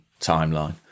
timeline